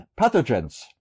pathogens